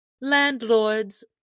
landlords